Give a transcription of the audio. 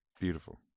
Beautiful